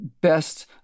best